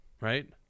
right